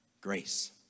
grace